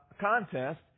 contest